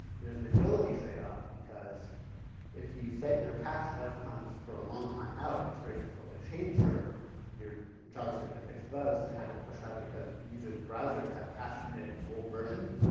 there's an agility trade-off, because if you set your cache lifetimes for a long time out, it's very difficult to change your your javascript to fix bugs and have it push out because users' browsers have cached in it an old version.